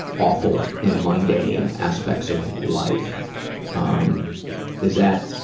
awful and mundane aspects of life. um is that,